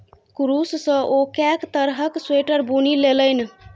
कुरूश सँ ओ कैक तरहक स्वेटर बुनि लेलनि